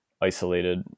isolated